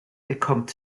bekommt